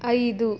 ಐದು